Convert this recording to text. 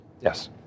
Yes